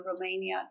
Romania